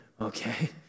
okay